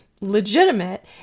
legitimate